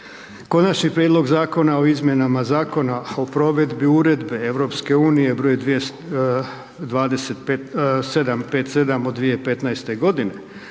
Konačni prijedlog Zakona o izmjenama Zakona o provedbi Uredbe broj 517. od 2014. godine